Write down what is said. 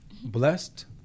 blessed